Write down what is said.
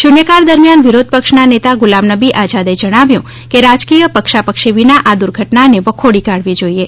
શુન્કાળ દરમિયાન વિરોધપક્ષનાનેતા ગુલામનબી આઝાદે જણાવ્યું કે રાજકીય પક્ષાપક્ષી વિના આ દુર્ઘટનાને વખોડી કાઢવી જોઇએ